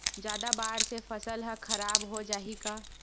जादा बाढ़ से फसल ह खराब हो जाहि का?